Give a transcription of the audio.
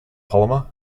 polymer